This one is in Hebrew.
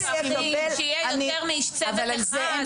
שיהיה יותר מאיש צוות אחד.